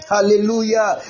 Hallelujah